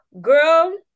Girl